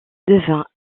devint